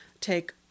take